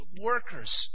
workers